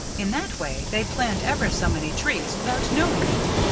in that way they plant ever so many trees without knowing it.